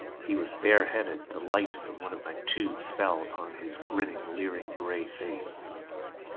he was bare-headed the light from one of my tubes fell upon his grinning, leering gray face.